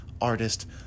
Artist